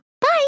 Bye